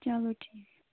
چلو ٹھیٖک